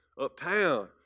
uptown